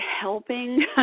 helping